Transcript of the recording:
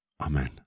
Amen